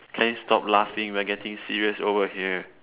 can you stop laughing we are getting serious over here